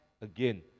again